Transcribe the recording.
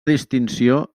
distinció